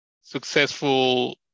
successful